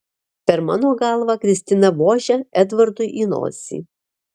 per mano galvą kristina vožia edvardui į nosį